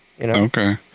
Okay